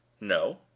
No